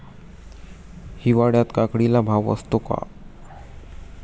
हिवाळ्यात काकडीला भाव असतो का?